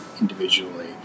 individually